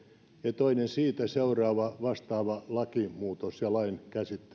ja toinen siitä seuraava vastaava lakimuutos ja lain